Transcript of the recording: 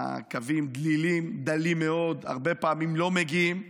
הקווים דלים מאוד, הרבה פעמים לא מגיעים.